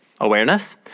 awareness